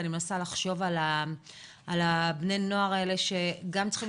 ואני מנסה לחשוב על בני הנוער האלה שגם צריכים